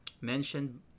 mentioned